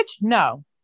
no